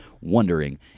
wondering